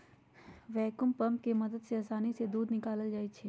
vacuum pump के मदद से आसानी से दूध निकाकलल जाइ छै